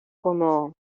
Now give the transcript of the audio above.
como